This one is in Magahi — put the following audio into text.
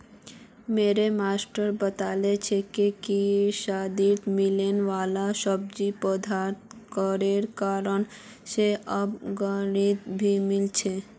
मोर मास्टर बता छीले कि सर्दित मिलने वाला सब्जि पौधा घरेर कारण से आब गर्मित भी मिल छे